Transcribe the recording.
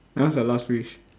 what's the last wish